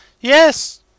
Yes